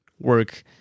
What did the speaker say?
work